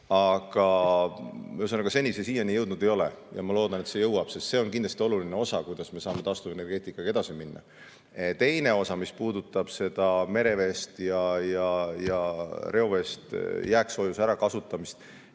seni see siia jõudnud ei ole, aga ma loodan, et see jõuab, sest see on kindlasti oluline osa, kuidas me saame taastuvenergeetikaga edasi minna. Teine osa, mis puudutab seda mereveest ja reoveest jääksoojuse ärakasutamist.